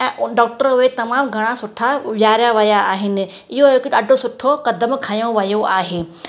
ऐं उ डॉक्टर उहे तमामु घणा सुठा विहारिया विया आहिनि इहो हिकु ॾाढो सुठो क़दमु खंयो वियो आहे